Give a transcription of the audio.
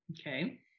Okay